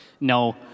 No